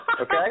okay